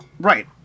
Right